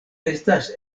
estas